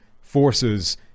forces